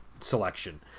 selection